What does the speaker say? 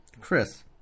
Chris